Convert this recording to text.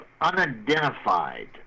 unidentified